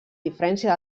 diferència